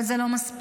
אבל זה לא מספיק.